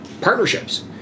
partnerships